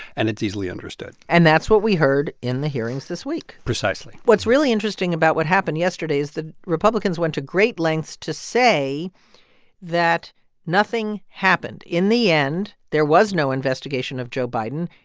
and it's easily understood and that's what we heard in the hearings this week precisely what's really interesting about what happened yesterday is the republicans went to great lengths to say that nothing happened. in the end, there was no investigation of joe biden,